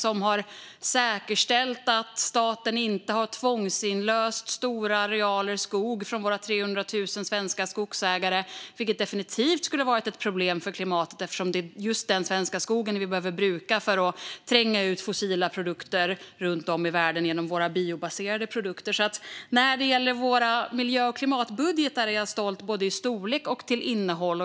Vi har också säkerställt att staten inte har tvångsinlöst stora arealer skog från våra 300 000 svenska skogsägare, vilket definitivt skulle ha varit ett problem för klimatet eftersom det är just den svenska skogen vi behöver bruka för att tränga ut fossila produkter runt om i världen med hjälp av våra biobaserade produkter. När det gäller våra miljö och klimatbudgetar är jag alltså stolt över både deras storlek och deras innehåll.